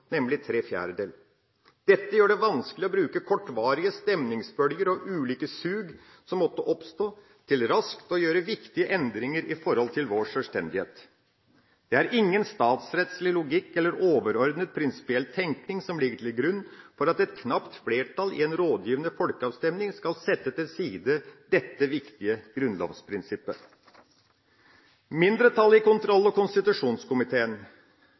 nemlig tre fjerdedeler. Dette gjør det vanskelig å bruke kortvarige stemningsbølger og ulike sug som måtte oppstå, til raskt å gjøre viktige endringer i forhold til vår sjølstendighet. Det er ingen statsrettslig logikk eller overordnet prinsipiell tenkning som ligger til grunn for at et knapt flertall i en rådgivende folkeavstemning skal sette til side dette viktige grunnlovsprinsippet. Mindretallet i kontroll- og konstitusjonskomiteen,